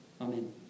Amen